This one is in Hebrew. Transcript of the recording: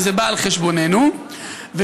1. שזה בא על חשבוננו, ו-2.